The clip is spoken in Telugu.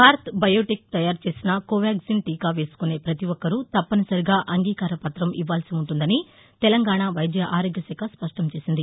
భారత్ బయోటెక్ తయారు చేసిన కోవాగ్షిన్ టీకా వేసుకునే ప్రతిఒక్కరూ తప్పనిసరిగా అంగీకారపత్రం ఇవ్వాల్సి ఉంటుందని తెలంగాణ వైద్య ఆరోగ్యశాఖ స్పష్టం చేసింది